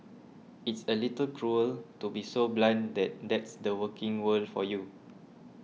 it's a little cruel to be so blunt that that's the working world for you